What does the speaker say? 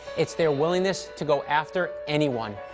it's their willingness to go after anyone.